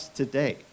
today